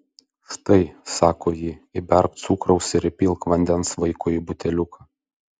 štai sako ji įberk cukraus ir įpilk vandens vaikui į buteliuką